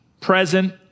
present